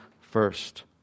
first